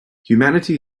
humanity